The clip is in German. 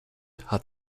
hat